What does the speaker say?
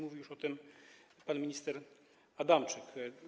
Mówił już o tym pan minister Adamczyk.